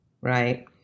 right